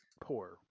poor